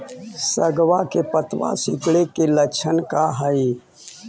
सगवा के पत्तवा सिकुड़े के लक्षण का हाई?